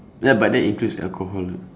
ya but that includes alcohol